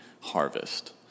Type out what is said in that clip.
harvest